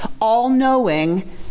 all-knowing